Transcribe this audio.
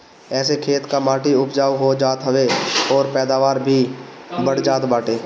एसे खेत कअ माटी उपजाऊ हो जात हवे अउरी पैदावार भी बढ़ जात बाटे